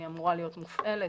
היא אמורה להיות מופעלת.